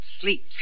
sleep